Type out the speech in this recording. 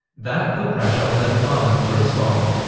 that put pressure on the department to respond.